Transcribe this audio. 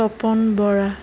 Tapan Bora